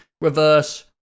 reverse